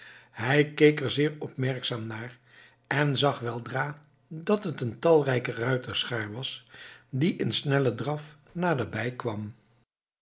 hij keek er zeer opmerkzaam naar en zag weldra dat het een talrijke ruiterschaar was die in snellen draf naderbij kwam